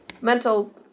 mental